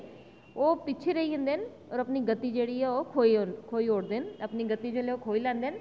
ते ओह् पिच्छें रेही जंदे न होर अपनी गति खोई दिंदे न अपनी गति जेल्लै खोई लैंदे न